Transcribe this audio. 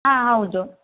ಹಾಂ ಹೌದು